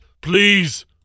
please